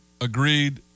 Agreed